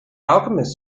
alchemists